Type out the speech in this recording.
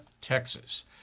Texas